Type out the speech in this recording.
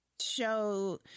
show